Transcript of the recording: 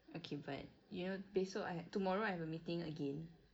okay but you know esok I ha~ tomorrow I have a meeting again